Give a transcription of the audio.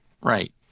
Right